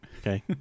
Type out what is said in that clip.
okay